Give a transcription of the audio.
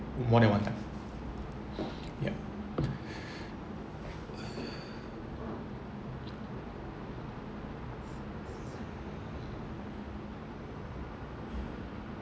more than one type yup